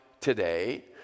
today